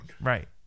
right